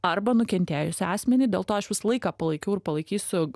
arba nukentėjusį asmenį dėl to aš visą laiką palaikiau ir palaikysiu